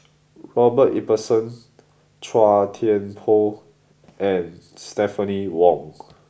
Robert Ibbetson Chua Thian Poh and Stephanie Wong